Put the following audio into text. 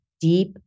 deep